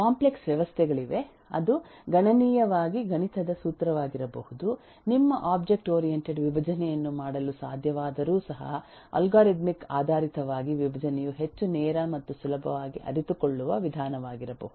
complex ವ್ಯವಸ್ಥೆಗಳಿವೆ ಅದು ಗಣನೀಯವಾಗಿ ಗಣಿತದ ಸೂತ್ರವಾಗಿರಬಹುದು ನಿಮ್ಮ ಒಬ್ಜೆಕ್ಟ್ ಓರಿಯಂಟೆಡ್ ವಿಭಜನೆಯನ್ನು ಮಾಡಲು ಸಾಧ್ಯವಾದರೂ ಸಹ ಅಲ್ಗಾರಿದಮಿಕ್ ಆಧಾರಿತವಾಗಿ ವಿಭಜನೆಯು ಹೆಚ್ಚು ನೇರ ಮತ್ತು ಸುಲಭವಾಗಿ ಅರಿತುಕೊಳ್ಳುವ ವಿಧಾನವಾಗಿರಬಹುದು